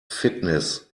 fitness